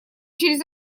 через